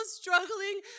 struggling